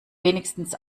wenigstens